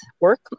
work